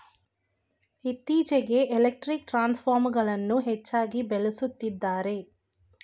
ಇತ್ತೀಚೆಗೆ ಎಲೆಕ್ಟ್ರಿಕ್ ಟ್ರಾನ್ಸ್ಫರ್ಗಳನ್ನು ಹೆಚ್ಚಾಗಿ ಬಳಸುತ್ತಿದ್ದಾರೆ